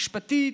משפטית,